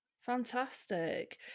fantastic